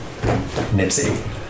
nipsey